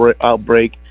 outbreak